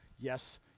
yes